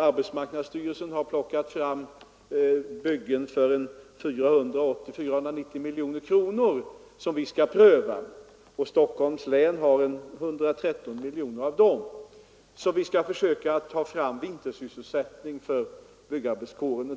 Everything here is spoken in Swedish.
Arbetsmarknadsstyrelsen har utarbetat planer för byggen till en kostnad av 480—490 miljoner kronor, som vi skall pröva, och på Stockholms län faller härav ca 113 miljoner kronor, som skall ge vintersysselsättning för byggnadsarbetarkåren.